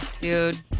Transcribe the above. dude